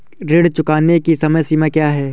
ऋण चुकाने की समय सीमा क्या है?